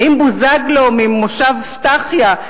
האם בוזגלו ממושב פתחיה,